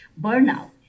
burnout